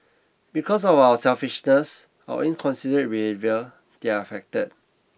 because of our selfishness our inconsiderate behaviour they're affected